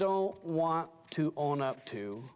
don't want to own up to